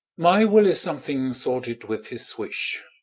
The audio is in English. my will is something sorted with his wish.